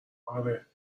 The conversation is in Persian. آره